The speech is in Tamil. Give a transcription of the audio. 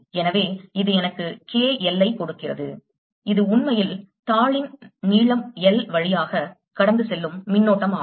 எனவே இது எனக்கு K L ஐ கொடுக்கிறது இது உண்மையில் தாளின் நீளம் L வழியாக கடந்து செல்லும் மின்னோட்டம் ஆகும்